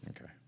Okay